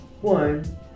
One